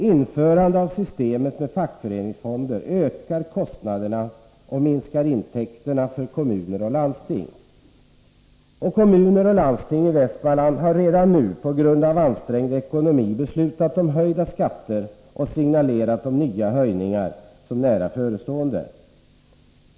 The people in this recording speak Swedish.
Införandet av fackföreningsfonder ökar kostnaderna och minskar intäkterna för kommuner och landsting, och kommuner och landsting i Västmanland har redan nu på grund av ansträngd ekonomi beslutat om höjda skatter och signalerat om nya höjningar som nära förestående.